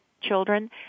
children